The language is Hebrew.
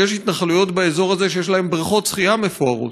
שיש התנחלויות באזור הזה שיש להן בריכות שחייה מפוארות,